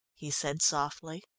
he said softly.